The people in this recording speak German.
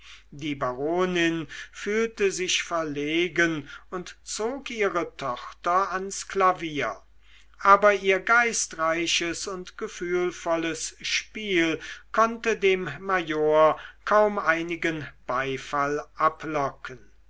die baronin fühlte sich verlegen und zog ihre tochter ans klavier aber ihr geistreiches und gefühlvolles spiel konnte dem major kaum einigen beifall ablocken